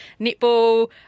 netball